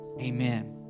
amen